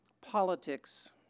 politics